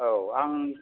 औ आं